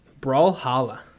Brawlhalla